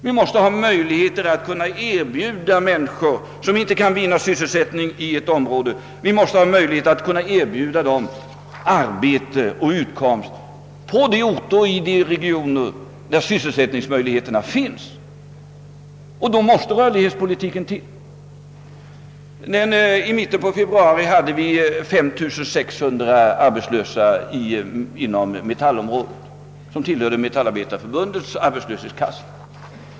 Vi måste kunna erbjuda människor, som inte kan finna sysselsättning inom ett område, arbete och utkomst på de orter och i de regioner där sysselsättningsmöjligheter finns. I mitten på februari tillhörde 5 600 arbetslösa Svenska metallindustriarbetareförbundets arbetslöshetskassa.